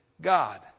God